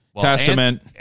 Testament